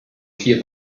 vier